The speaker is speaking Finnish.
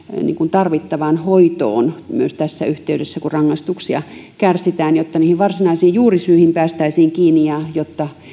tarvitsemaan hoitoon myös siinä yhteydessä kun rangaistuksia kärsitään jotta niihin varsinaisiin juurisyihin päästäisiin kiinni ja